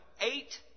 eight